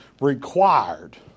Required